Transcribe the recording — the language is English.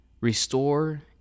restore